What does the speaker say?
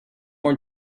more